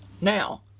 Now